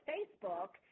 Facebook